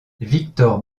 victor